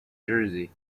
jersey